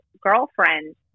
girlfriend